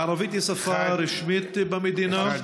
הערבית היא שפה רשמית במדינה,